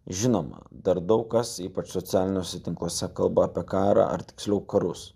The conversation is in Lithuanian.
žinoma dar daug kas ypač socialiniuose tinkluose kalba apie karą ar tiksliau karus